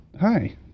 Hi